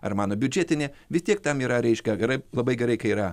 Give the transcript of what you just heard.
ar mano biudžetinė vis tiek tam yra reiškia gerai labai gerai kai yra